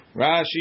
Rashi